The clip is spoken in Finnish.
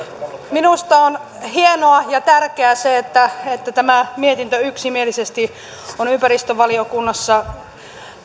minusta on hienoa ja tärkeää se että että tämä mietintö yksimielisesti on ympäristövaliokunnassa